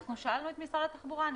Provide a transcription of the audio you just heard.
אנחנו שאלנו את משרד התחבורה,